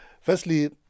firstly